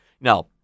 Now